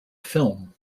film